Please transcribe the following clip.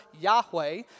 Yahweh